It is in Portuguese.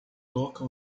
toca